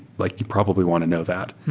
like you probably want to know that.